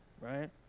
right